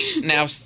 Now